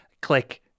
click